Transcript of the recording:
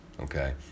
Okay